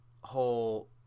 whole